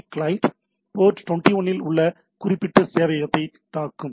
B client port 21 இல் உள்ள குறிப்பிட்ட சேவையகத்தைத் தாக்கும்